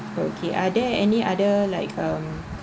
okay are there any other like um